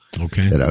Okay